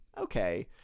okay